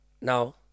Now